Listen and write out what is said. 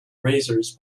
razors